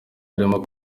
harimo